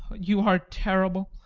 you are terrible.